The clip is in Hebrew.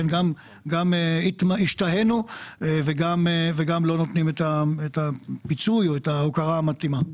גם השתהינו וגם לא נותנים את הפיצוי או את ההוקרה המתאימה.